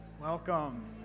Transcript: Welcome